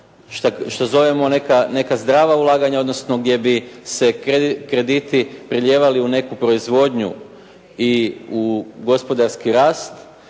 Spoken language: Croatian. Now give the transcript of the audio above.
što zovemo neka zdrava ulaganja, odnosno gdje bi se krediti prelijevali u neku proizvodnju i u gospodarski rast,